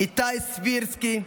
איתי סבירסקי,